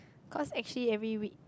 cause actually every week